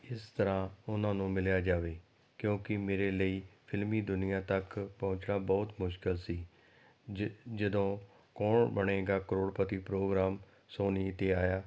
ਕਿਸ ਤਰ੍ਹਾਂ ਉਹਨਾਂ ਨੂੰ ਮਿਲਿਆ ਜਾਵੇ ਕਿਉਂਕਿ ਮੇਰੇ ਲਈ ਫਿਲਮੀ ਦੁਨੀਆ ਤੱਕ ਪਹੁੰਚਣਾ ਬਹੁਤ ਮੁਸ਼ਕਲ ਸੀ ਜ ਜਦੋਂ ਕੌਣ ਬਣੇਗਾ ਕਰੋੜਪਤੀ ਪ੍ਰੋਗਰਾਮ ਸੋਨੀ 'ਤੇ ਆਇਆ